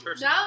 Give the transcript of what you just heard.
no